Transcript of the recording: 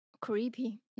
creepy